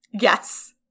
Yes